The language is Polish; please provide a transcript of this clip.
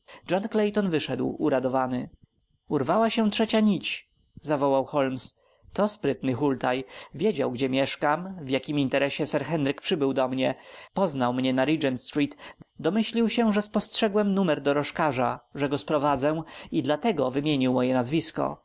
wyszedł uradowany urwała się trzecia nić zawołał holmes to sprytny hultaj wiedział gdzie mieszkam w jakim interesie sir henryk przybył do mnie poznał mnie na regent street domyślił się że spostrzegłem numer dorożkarza że go sprowadzę i dlatego wymienił moje nazwisko